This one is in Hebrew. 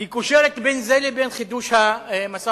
היא קושרת בין זה לבין חידוש המשא-ומתן.